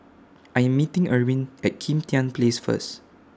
I'm meeting Erwin At Kim Tian Place First